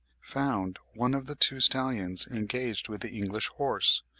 found one of the two stallions engaged with the english horse,